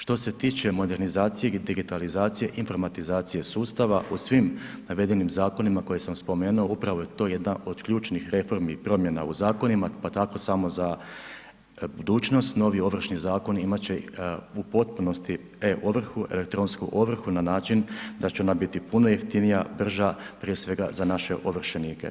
Što se tiče modernizacije, digitalizacije, informatizacije sustava u svim navedenim zakonima koje sam spomenuo upravo to je jedna od ključnih reformi i promjena u zakonima, pa tako samo za budućnost novi Ovršni zakon imat će u potpunosti e-ovrhu, elektronsku ovrhu na način da će ona biti puno jeftinija, brža prije svega za naše ovršenike.